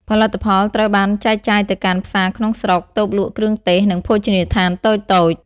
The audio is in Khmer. ផលិតផលត្រូវបានចែកចាយទៅកាន់ ផ្សារក្នុងស្រុក តូបលក់គ្រឿងទេស និងភោជនីយដ្ឋានតូចៗ។